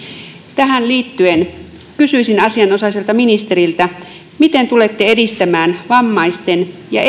tähän liittyen kysyisin asianosaiselta ministeriltä miten tulette edistämään vammaisten ja